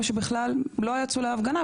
או שלא יצאו להפגנה,